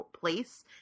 place